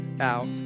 out